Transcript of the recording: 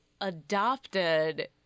adopted